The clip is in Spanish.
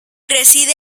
reside